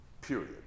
Period